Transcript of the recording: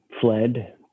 fled